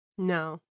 No